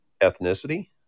ethnicity